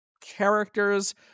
characters